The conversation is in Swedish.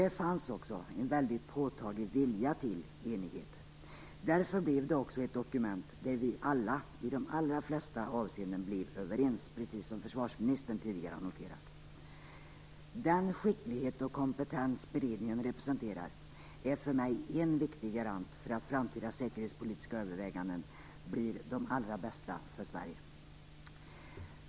Det fanns också en påtaglig vilja till enighet. Därför blev det ett dokument där vi alla i de allra flesta avseenden var överens, precis som försvarsministern tidigare har noterat. Den skicklighet och kompetens beredningen representerar är för mig en viktig garant för att framtida säkerhetspolitiska överväganden blir de allra bästa för Sverige.